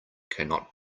cannot